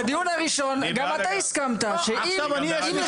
אם יש